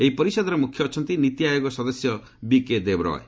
ଏହି ପରିଷଦର ମ୍ରଖ୍ୟ ଅଛନ୍ତି ନିତିଆୟୋଗ ସଦସ୍ୟ ବିବେକ ଦେବରୟ